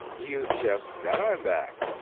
you just bet i'm back.